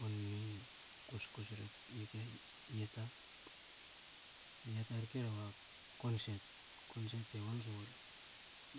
On ni kuskus rek, i ka, i ieta. I ieta rke a concert, concert e on